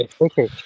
Okay